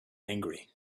angry